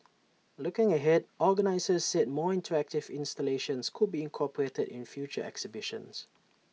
looking ahead organisers said more interactive installations could be incorporated in future exhibitions